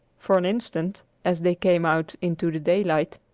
for an instant, as they came out into the daylight,